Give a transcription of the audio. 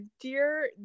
dear